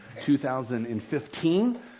2015